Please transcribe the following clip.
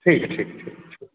ठीक है ठीक ठीक ठीक